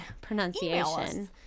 pronunciation